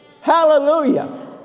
Hallelujah